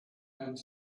and